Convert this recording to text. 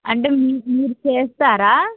అంటే మీరు చేస్తారా